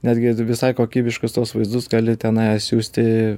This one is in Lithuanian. netgi visai kokybiškus tuos vaizdus gali tenai siųsti